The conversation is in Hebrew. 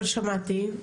אבל שמעתי,